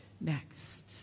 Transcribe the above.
next